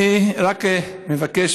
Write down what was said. אני רק מבקש,